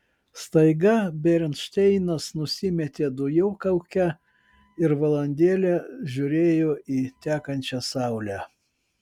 staiga bernšteinas nusimetė dujokaukę ir valandėlę žiūrėjo į tekančią saulę